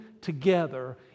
together